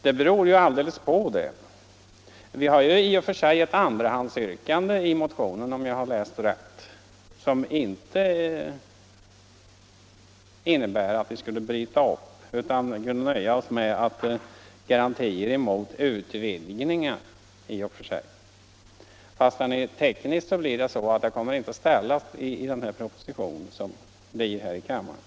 Det beror allt på, det. Vi har i och för sig ett an 19 november 1975 drahandsyrkande i motionen som innebär att vi inte skulle bryta upp ur samarbetet utan nöja oss med garantier mot utvidgningar av det, men Uppsägning av av voteringstekniska skäl kommer det inte att ställas under proposition — avtalen med de här i kammaren.